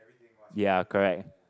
ya correct